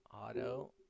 Auto